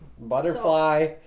Butterfly